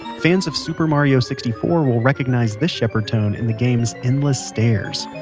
fans of super mario sixty four will recognize this shepard tone in the game's endless stairs.